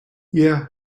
yeah